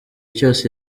cyose